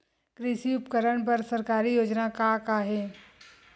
कृषि उपकरण बर सरकारी योजना का का हे?